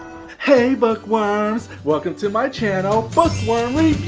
hey bookworms. welcome to my channel bookworm